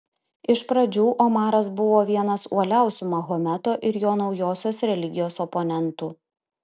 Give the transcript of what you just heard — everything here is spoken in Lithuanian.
iš pradžių omaras buvo vienas uoliausių mahometo ir jo naujosios religijos oponentų